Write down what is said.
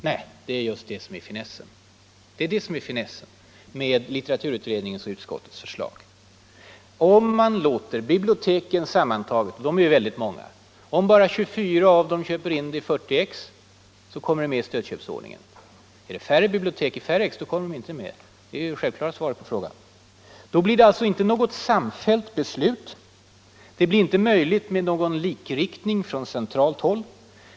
Nej, det är just det som är finessen med litteraturutredningens och utskottsmajoritetens förslag. Biblioteken sammantagna är ju väldigt många. Om bara 24 av dem köper 40 exemplar sammanlagt kommer den boken med i stödköpsordningen. Är det färre bibliotek och färre exemplar kommer den inte med. Det är det självklara svaret på frågan. Då blir det alltså inte något samfällt beslut. Det blir inte möjligt med någon likriktning från centralt håll.